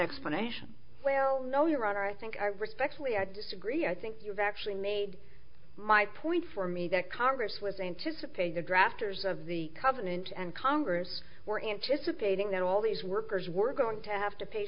explanation well no your honor i think i respectfully i disagree i think you've actually made my point for me that congress was anticipating the grafters of the covenant and congress were anticipating that all these workers were going to have to pay